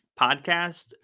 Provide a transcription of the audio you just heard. Podcast